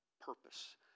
purpose